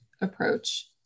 approach